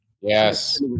yes